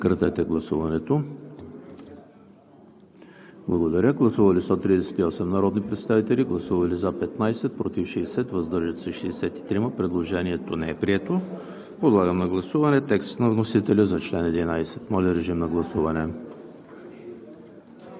Подлагам на гласуване